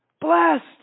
Blessed